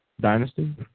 Dynasty